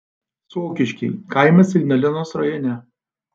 sokiškiai kaimas ignalinos rajone